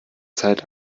zeit